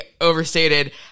overstated